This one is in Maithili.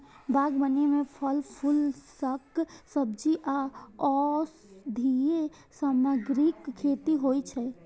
बागबानी मे फल, फूल, शाक, सब्जी आ औषधीय सामग्रीक खेती होइ छै